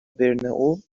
برنئو